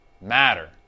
matter